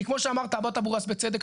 כי כמו שאמר תאבת אבו ראס בצדק,